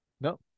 No